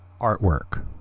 artwork